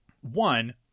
One